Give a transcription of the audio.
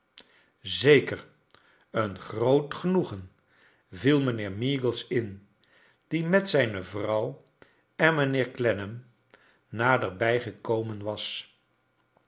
zeker een groot genoegen viel mijnheer meagles in die met zijne vrouw en niijnheer clennam naderbij gekomen was